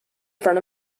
front